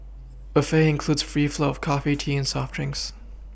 buffet includes free flow of coffee tea and soft drinks